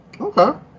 Okay